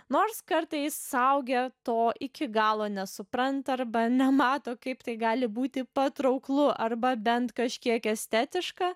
nors kartais suaugę to iki galo nesupranta arba nemato kaip tai gali būti patrauklu arba bent kažkiek estetiška